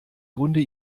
grunde